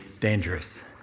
dangerous